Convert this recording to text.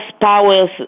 powers